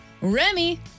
Remy